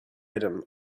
item